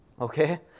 okay